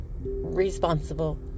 responsible